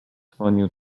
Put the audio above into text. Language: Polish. dzwonił